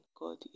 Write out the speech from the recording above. God